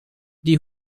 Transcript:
die